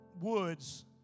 woods